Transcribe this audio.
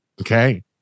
okay